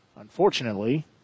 unfortunately